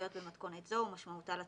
ההתנגדויות במתכונת זו ומשמעותה לצדדים,